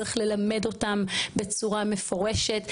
צריך ללמד אותם בצורה מפורשת.